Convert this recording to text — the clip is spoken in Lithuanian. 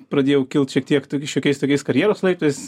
pradėjau kilt šiek tiek tok šiokiais tokiais karjeros laiptais